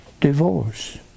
divorce